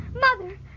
Mother